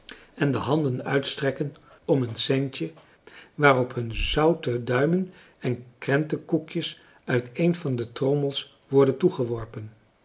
en de handen uitstrekken om een centje waarop hun zoute duimen en krentekoekjes uit een van de trommels worden